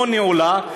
לא נעולה,